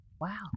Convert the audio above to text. Wow